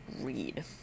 read